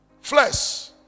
Flesh